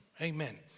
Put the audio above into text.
Amen